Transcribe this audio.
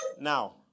Now